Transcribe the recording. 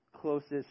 closest